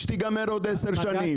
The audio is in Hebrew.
שתיגמר בעוד עשר שנים.